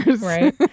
Right